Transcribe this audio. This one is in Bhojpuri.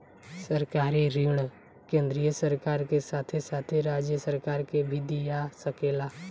सरकारी ऋण केंद्रीय सरकार के साथे साथे राज्य सरकार के भी दिया सकेला